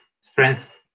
strength